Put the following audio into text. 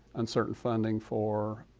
uncertain funding for